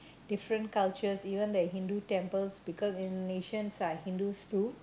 different cultures even they have Hindu temples because Indonesian are Hindus too